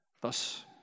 Thus